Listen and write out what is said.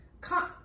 Come